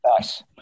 nice